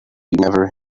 never